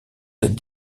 cette